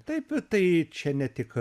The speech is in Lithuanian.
taip tai čia ne tik